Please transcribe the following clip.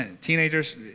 Teenagers